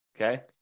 Okay